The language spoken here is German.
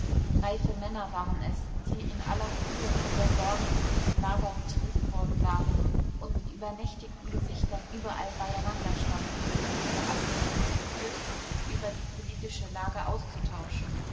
reife männer waren es die in aller frühe von der sorge von ihrem lager getrieben worden waren und mit übernächtigen gesichtern überall beieinander standen um ihre ansichten und befürchtungen über die politische lage auszutauschen